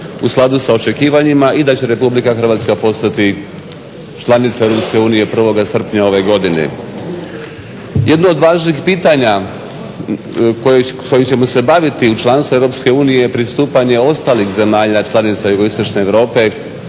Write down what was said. u skladu sa očekivanjima i da će Republika Hrvatska postati članica Europske unije 1. srpnja ove godine. Jedno od važnih pitanje kojim ćemo se baviti u članstvu Europske unije je pristupanje ostalih zemalja članica JI